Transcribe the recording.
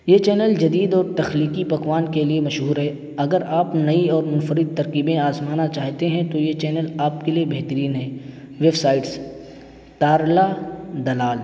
یہ چینل جدید اور تخلیقی پکوان کے لیے مشہور ہے اگر آپ نئی اور منفرد ترکیبیں آزمانا چاہتے ہیں تو یہ چینل آپ کے لیے بہترین ہیں ویب سائٹس تارلا دلال